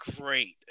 great